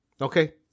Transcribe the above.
Okay